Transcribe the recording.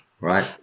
Right